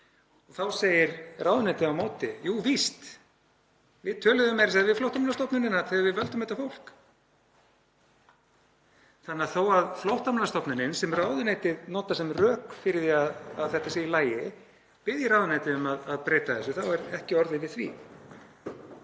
Þá segir ráðuneytið á móti: Jú, víst, við töluðum meira að segja við Flóttamannastofnunina þegar við völdum þetta fólk. Þannig að þó að Flóttamannastofnunin, sem ráðuneytið notar sem rök fyrir því að þetta sé í lagi, biðji ráðuneytið um að breyta þessu þá er ekki orðið við því.